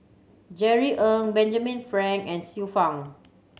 Jerry Ng Benjamin Frank and Xiu Fang